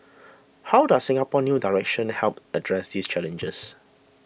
how does Singapore's new direction help address these challenges